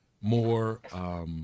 more